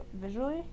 Visually